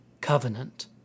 covenant